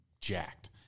jacked